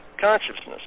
Consciousness